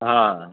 ہاں